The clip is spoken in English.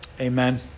Amen